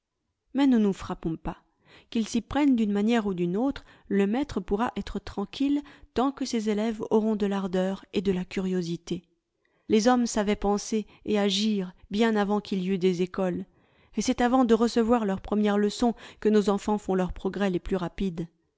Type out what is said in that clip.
mais ne nous frappons pas qu'il s'y prenne d'une manière ou d'une autre le maître pourra être tranquille tant que ses élèves auront de l'ardeur et de la curiosité les hommes savaient penser et agir bien avant qu'il y eût des écoles et c'est avant de recevoir leurs premières leçons que nos enfants font leurs progrès les plus rapides